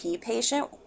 patient